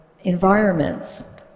environments